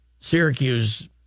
Syracuse